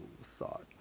thought